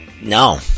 no